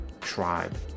tribe